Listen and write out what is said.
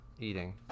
eating